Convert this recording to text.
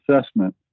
assessment